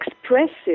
expressive